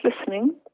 listening